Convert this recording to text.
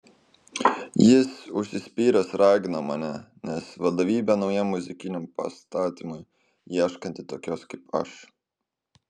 jis užsispyręs ragino mane nes vadovybė naujam muzikiniam pastatymui ieškanti tokios kaip aš